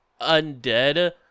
undead